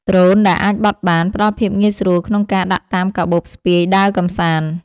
ដ្រូនដែលអាចបត់បាន ផ្ដល់ភាពងាយស្រួលក្នុងការដាក់តាមកាបូបស្ពាយដើរកម្សាន្ត។